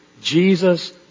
Jesus